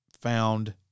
found